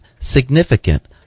significant